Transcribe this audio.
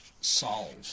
solve